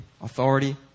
authority